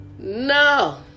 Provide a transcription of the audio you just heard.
No